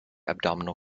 abdominal